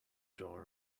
door